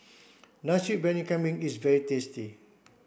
Nasi Briyani Kambing is very tasty